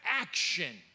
action